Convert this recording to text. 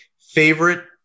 favorite